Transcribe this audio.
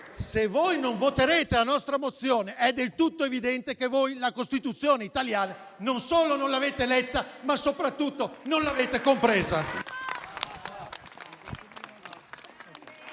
Se voi non voterete la nostra mozione, è del tutto evidente che la Costituzione italiana non solo non l'avete letta, ma soprattutto non l'avete compresa.